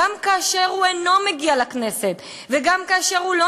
גם כאשר הוא אינו מגיע לכנסת וגם כאשר הוא לא